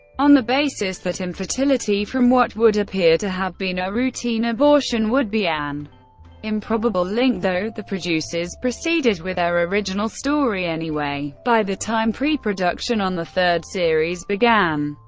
on the basis that infertility from what would appear to have been a routine abortion would be an improbable link, though the producers proceeded with their original story anyway. by the time pre-production on the third series began,